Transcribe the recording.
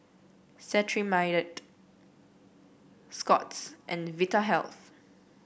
Cetrimide Scott's and Vitahealth